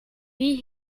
wie